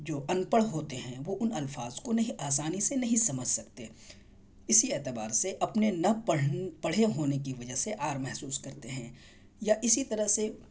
جو ان پڑھ ہوتے ہیں وہ ان الفاظ کو نہیں آسانی سے نہیں سمجھ سکتے اسی اعتبار سے اپنے نہ پڑھے ہونے کی وجہ سے عار محسوس کرتے ہیں یا اسی طرح سے